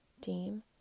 team